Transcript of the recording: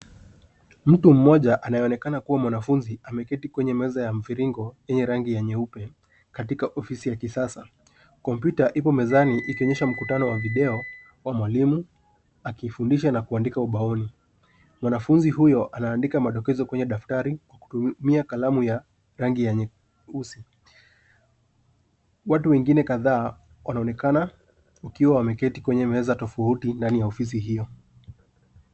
Mtu mmoja anayeonekana kuwa mwanafunzi ameketi kwenye meza ya mviringo yenye rangi ya nyeupe ofisi ya kisasa. Kompyuta iko mezani ikionyesha mkutano wa video au mwalimu akifundisha na kuandika ubaoni. Mwanafunzi huyo anaandika madokezo kwenye daftari kwa kutumia kalamu ya rangi ya nyeusi. Watu wengine kadhaa wanaonekana wakiwa wameketi kwenye meza tofauti ndani ya ofisi hiyo.